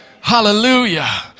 hallelujah